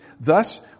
thus